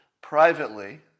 privately